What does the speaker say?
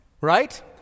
right